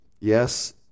Yes